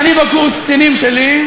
בקורס הקצינים שלי,